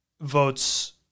votes